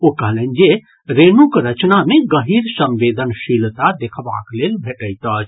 ओ कहलनि जे रेणुक रचना मे गहिर संवेदनशीलता देखबाक लेल भेटैत अछि